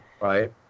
Right